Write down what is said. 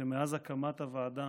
שמאז הקמת הוועדה